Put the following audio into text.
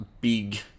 big